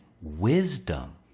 wisdom